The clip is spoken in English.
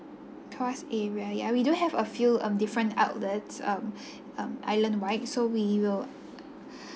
tuas area ya we do have a few um different outlets um um islandwide so we will